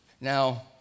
Now